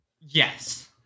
Yes